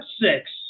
six